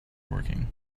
working